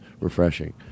refreshing